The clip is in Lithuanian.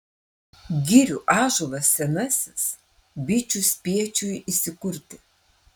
girių ąžuolas senasis bičių spiečiui įsikurti